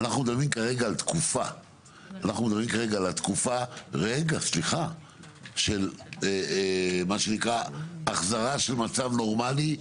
אנחנו מדברים כרגע על התקופה של מה שנקרא החזרה של מצב נורמלי.